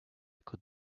could